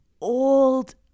old